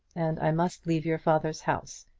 and i must leave your father's house.